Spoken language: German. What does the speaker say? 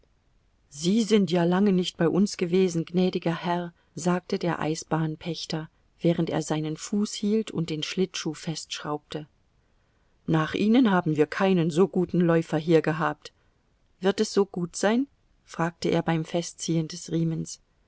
sie sind ja lange nicht bei uns gewesen gnädiger herr sagte der eisbahnpächter während er seinen fuß hielt und den schlittschuh festschraubte nach ihnen haben wir keinen so guten läufer hier gehabt wird es so gut sein fragte er beim festziehen des riemens